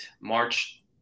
March